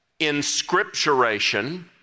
inscripturation